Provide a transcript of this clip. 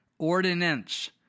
Ordinance